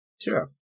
Sure